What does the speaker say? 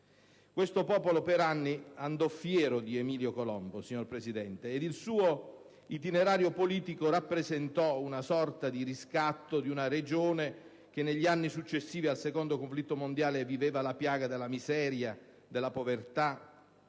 questo popolo per anni andò fiero di Emilio Colombo: il suo itinerario politico rappresentò una sorta di riscatto di una Regione che negli anni successivi al secondo conflitto mondiale viveva la piaga della miseria, della povertà,